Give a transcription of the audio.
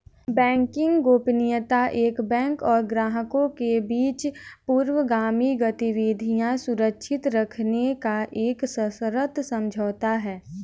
banking गोपनीयता एक bank और ग्राहकों के बीच पूर्वगामी गतिविधियां सुरक्षित रखने का एक सशर्त समझौता है